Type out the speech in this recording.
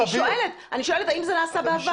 אני שואלת האם זה נעשה בעבר.